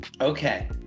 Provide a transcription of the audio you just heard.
Okay